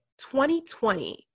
2020